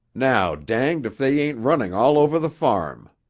now danged if they ain't running all over the farm.